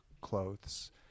clothes